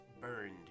burned